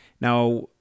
now